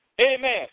amen